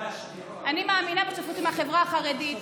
אני מאמינה בחברה החרדית.